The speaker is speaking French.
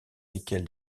lequel